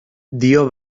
dio